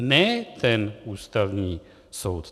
Ne ten Ústavní soud.